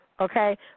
Okay